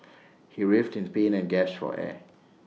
he writhed in pain and gasped for air